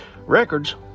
records